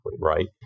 right